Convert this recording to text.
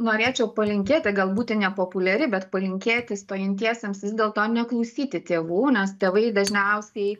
norėčiau palinkėti gal būt ir nepopuliari bet palinkėti stojantiesiems vis dėl to neklausyti tėvų nes tėvai dažniausiai